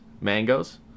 mangoes